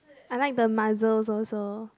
I like the mussels also